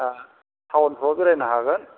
थावनफ्राव बेरायनो हागोन